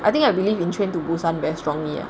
I think I believe in Train to Busan very strongly leh